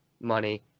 money